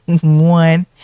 one